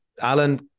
alan